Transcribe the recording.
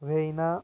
Vienna